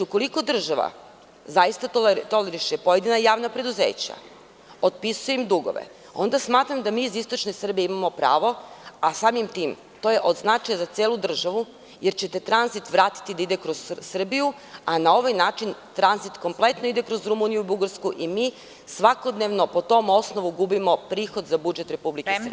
Ukoliko država zaista toleriše pojedina javna preduzeća, otpisuje im dugove, onda smatram da mi iz istočne Srbije imamo pravo, a samim tim to je od značaja za celu državu, jer ćete tranzit vratiti da ide kroz Srbiju, a na ovaj način tranzit kompletno ide kroz Rumuniju, Bugarsku i mi svakodnevno po tom osnovu gubimo prihod za budžet Republike Srbije.